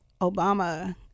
Obama